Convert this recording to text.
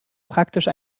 praktisch